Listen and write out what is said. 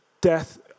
death